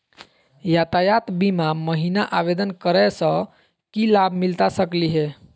यातायात बीमा महिना आवेदन करै स की लाभ मिलता सकली हे?